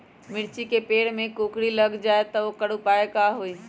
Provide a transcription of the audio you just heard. मिर्ची के पेड़ में कोकरी लग जाये त वोकर उपाय का होई?